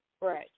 Right